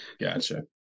Gotcha